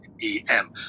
E-M